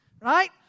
right